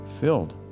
filled